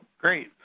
Great